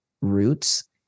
roots